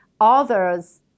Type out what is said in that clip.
others